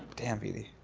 damn, viti.